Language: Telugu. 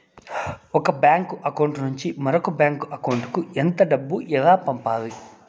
ఒక బ్యాంకు అకౌంట్ నుంచి మరొక బ్యాంకు అకౌంట్ కు ఎంత డబ్బు ఎలా పంపాలి